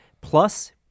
Plus